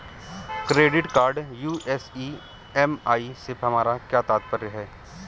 Credit card US EMI से हमारा क्या तात्पर्य है?